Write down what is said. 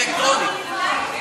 אלקטרונית.